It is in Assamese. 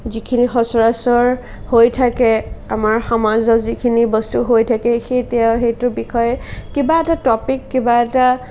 যিখিনি সচৰাচৰ হৈ থাকে আমাৰ সমাজত যিখিনি বস্তু হৈ থাকে সেইখিনি সেইটো বিষয়ে কিবা এটা ট'পিক কিবা এটা